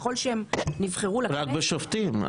ככל שהם נבחרו לכנסת --- רק בשופטים,